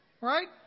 right